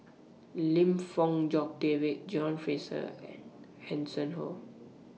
Lim Fong Jock David John Fraser and Hanson Ho